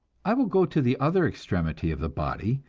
i will go to the other extremity of the body,